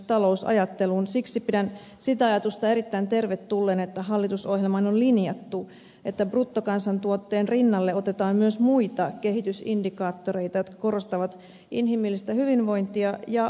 siksi pidän sitä ajatusta erittäin tervetulleena että hallitusohjelmaan on linjattu että bruttokansantuotteen rinnalle otetaan myös muita kehitysindikaattoreita jotka korostavat inhimillistä hyvinvointia ja ympäristön tilaa